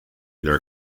their